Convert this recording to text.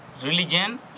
religion